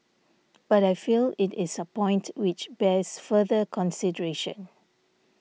but I feel it is a point which bears further consideration